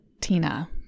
Tina